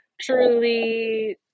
truly